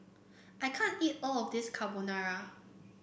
I can't eat all of this Carbonara